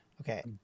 Okay